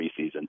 preseason